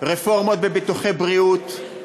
רפורמות בביטוחי בריאות.